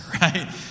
right